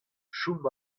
chom